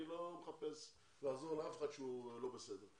אני לא מחפש לעזור לאף אחד שהוא לא בסדר,